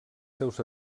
seus